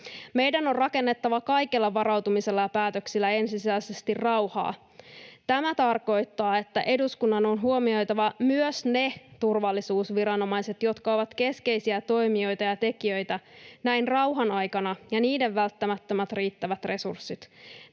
Meidän on rakennettava kaikella varautumisella ja päätöksillä ensisijaisesti rauhaa. Tämä tarkoittaa, että eduskunnan on huomioitava myös ne turvallisuusviranomaiset, jotka ovat keskeisiä toimijoita ja tekijöitä näin rauhanaikana, ja niiden välttämättömät riittävät resurssit.